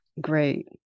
Great